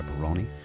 pepperoni